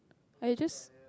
I just